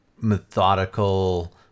methodical